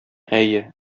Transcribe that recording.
әйе